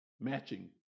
matching